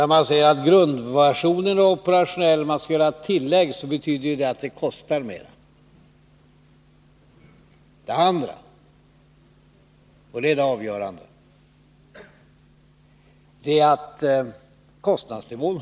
När man säger att det skall göras tillägg till grundversionen, betyder det ju att det kostar mer. För det andra, och det är det avgörande, höll inte kostnadsnivån.